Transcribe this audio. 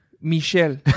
Michel